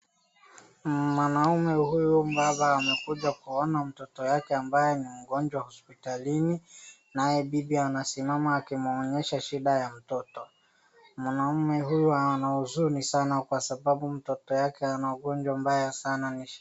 Mwanaume huyu baba amekuja kuona mtoto yake ambaye ni mgonjwa hospitalini naye bibi anasimama akimwonyesha shida ya mtoto, mwanaume huyu ana huzuni sana kwa sababu mtoto yake ana ugonjwa mbaya sana.